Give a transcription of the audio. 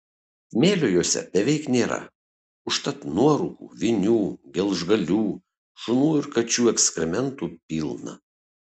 smėlio jose beveik nėra užtat nuorūkų vinių gelžgalių šunų ir kačių ekskrementų pilna